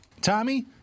Tommy